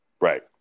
Right